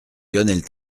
lionel